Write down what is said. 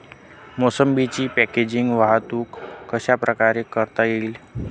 मोसंबीची पॅकेजिंग वाहतूक कशाप्रकारे करता येईल?